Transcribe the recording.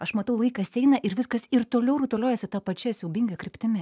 aš matau laikas eina ir viskas ir toliau rutuliojasi ta pačia siaubinga kryptimi